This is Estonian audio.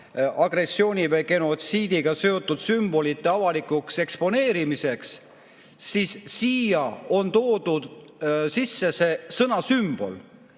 agressiooni või genotsiidiga seotud sümbolite avalikuks eksponeerimiseks, siis siia on toodud sisse sõna "sümbol".